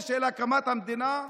הקמת המדינה?